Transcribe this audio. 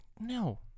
no